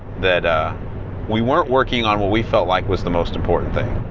that ah we weren't working on what we felt like was the most important thing.